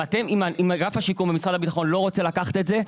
אם אגף השיקום ומשרד הביטחון לא רוצה לקחת את זה,